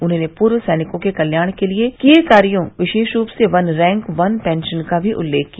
उन्होंने पूर्व सैनिकों के कल्याण के लिए किए कार्यो विशेष रूपसे वन रैंक वन पैंशन का भी उल्लेख किया